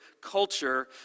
culture